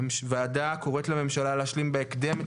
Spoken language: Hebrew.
הוועדה קוראת לממשלה להשלים בהקדם את